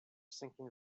sinking